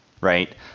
right